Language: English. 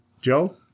Joe